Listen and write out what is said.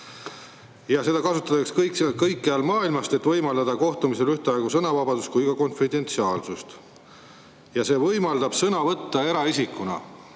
kasutatakse kõikjal maailmas, et võimaldada kohtumisel ühtaegu nii sõnavabadust kui ka konfidentsiaalsust, ja see võimaldab sõna võtta eraisikuna.